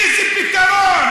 איזה פתרון?